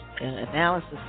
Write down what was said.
analysis